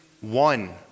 one